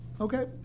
Okay